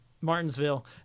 Martinsville